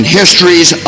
history's